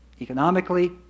economically